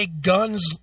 guns